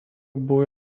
buvo